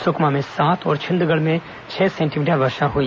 सुकमा में सात और छिंदगढ़ में छह सेंटीमीटर वर्षा हुई